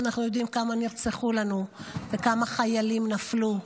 שאנחנו יודעים כמה נרצחו לנו וכמה חיילים נפלו.